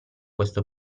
questo